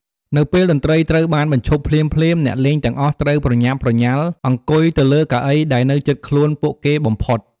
នៅពេលតន្ត្រីត្រូវបាន បញ្ឈប់ភ្លាមៗ អ្នកលេងទាំងអស់ត្រូវប្រញាប់ប្រញាល់អង្គុយទៅលើកៅអីដែលនៅជិតខ្លួនពួកគេបំផុត។